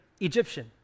Egyptian